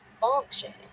function